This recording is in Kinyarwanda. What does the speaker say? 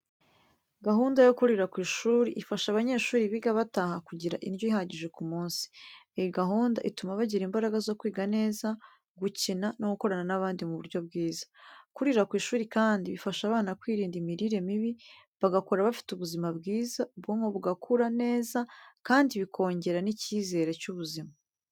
Gahunda yo kurira ku ishuri ifasha abanyeshuri biga bataha kugira indyo ihagije ku munsi. Iyi gahunda ituma bagira imbaraga zo kwiga neza, gukina no gukorana n’abandi mu buryo bwiza. Kurira ku ishuri kandi bifasha abana kwirinda imirire mibi, bagakura bafite ubuzima bwiza, ubwonko bugakura neza, kandi bikongera n’icyizere cy’ubuzima.